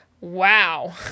Wow